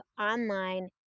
online